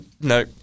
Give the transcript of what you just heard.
No